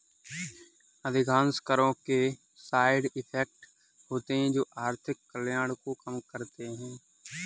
अधिकांश करों के साइड इफेक्ट होते हैं जो आर्थिक कल्याण को कम करते हैं